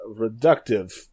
reductive